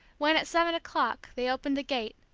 when, at seven o'clock, they opened the gate,